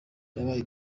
nabaye